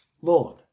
Lord